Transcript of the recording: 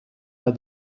pas